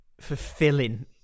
fulfilling